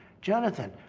jonathan,